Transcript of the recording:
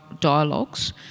Dialogues